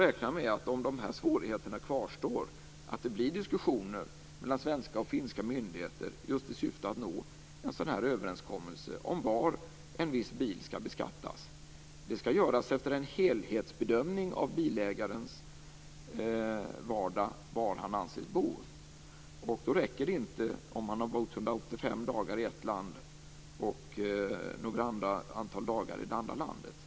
Om de här svårigheterna kvarstår räknar jag med att det blir diskussioner mellan svenska och finska myndigheter, just i syfte att nå en överenskommelse om var en viss bil skall beskattas. Det skall göras efter en helhetsbedömning av bilägarens vardag, var han anses bo. Då räcker det inte att ha bott 185 dagar i det ena landet och ett annat antal dagar i det andra landet.